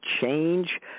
change